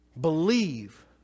believe